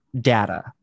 data